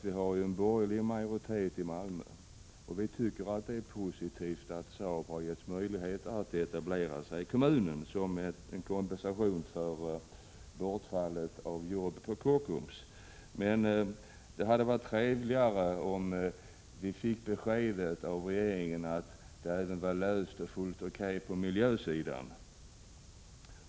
Vi har en borgerlig majoritet i Malmö. Vi tycker det är positivt att Saab ges möjlighet att etablera sig i kommunen som kompensation för bortfallet av arbetstillfällen på Kockums. Men det hade varit trevligt om vi hade fått beskedet av regeringen att frågan var löst så att det var helt OK på miljösidan.